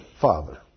father